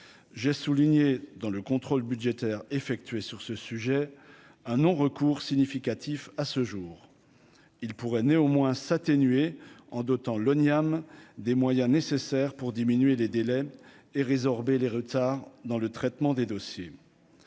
j'ai souligné dans le contrôle budgétaire effectué sur ce sujet un non recours significatif à ce jour, il pourrait néanmoins s'atténuer en dotant l'Oniam des moyens nécessaires pour diminuer les délais et résorber les retards dans le traitement des dossiers,